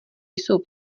jsou